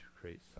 create